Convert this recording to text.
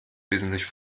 wesentlich